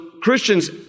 Christians